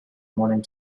morning